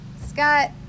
Scott